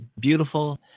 beautiful